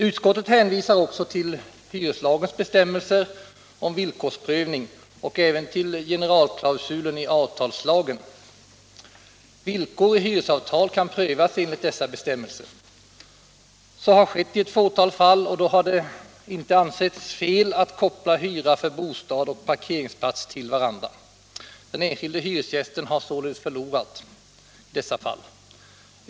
Utskottet hänvisar också till hyreslagens bestämmelser om villkorsprövning och till generalklausulen i avtalslagen. Villkor i hyresavtal kan prövas enligt dessa bestämmelser. Så har skett i ett fåtal fall, och då har det inte ansetts fel att koppla hyra av bostad och hyra av parkeringsplats till varandra. Den enskilde hyresgästen har således förlorat i dessa fall.